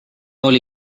oli